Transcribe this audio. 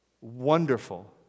wonderful